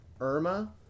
Irma